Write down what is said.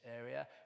area